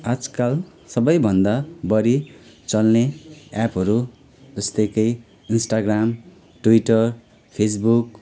आजकल सबभन्दा बढी चल्ने एपहरू जस्तै कि इन्स्टाग्राम ट्विटर फेस बुक